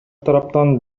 тараптан